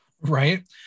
Right